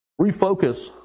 refocus